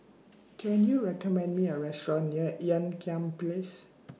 Can YOU recommend Me A Restaurant near Ean Kiam Place